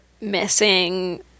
missing